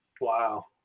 Wow